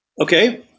Okay